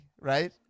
right